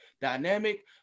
dynamic